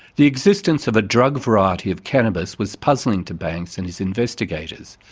the existence of a drug variety of cannabis was puzzling to banks and his investigators,